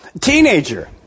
teenager